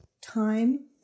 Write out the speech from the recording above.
time